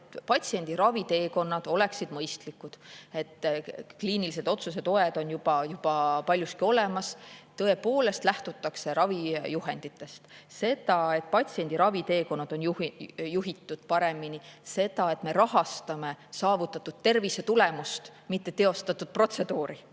patsiendi raviteekonnad oleksid mõistlikud. Kliinilise otsuse toed on juba paljuski olemas, tõepoolest lähtutakse ravijuhenditest. [Tuleb motiveerida] seda, et patsiendi raviteekonnad oleks juhitud paremini, seda, et me rahastame saavutatud tervisetulemust, mitte teostatud protseduuri.